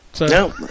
No